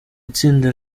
itsinda